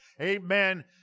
amen